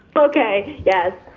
okay yes.